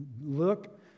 look